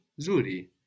Zuri